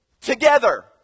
together